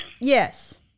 Yes